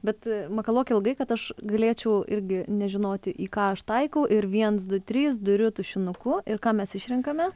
bet makaluok ilgai kad aš galėčiau irgi nežinoti į ką aš taikau ir viens du trys dūriu tušinuku ir ką mes išrenkame